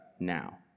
now